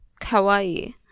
kawaii